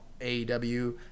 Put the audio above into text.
AEW